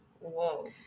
Whoa